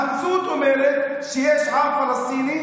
המציאות אומרת שיש עם פלסטיני,